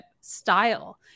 style